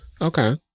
okay